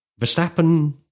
Verstappen